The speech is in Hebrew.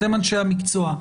אתם אנשי המקצוע,